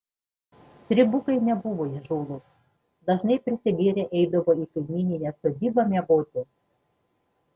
stribukai nebuvo įžūlūs dažnai prisigėrę eidavo į kaimyninę sodybą miegoti